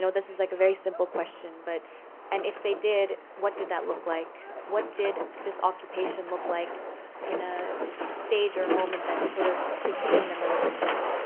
this is like a very simple question. but and if they did, what did that look like? what did this occupation look like in a stage or a moment that's sort of preceding the militancy?